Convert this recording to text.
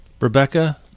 Rebecca